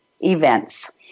events